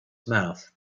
mouth